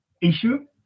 issue